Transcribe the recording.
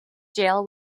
jail